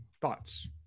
Thoughts